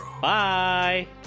bye